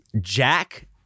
Jack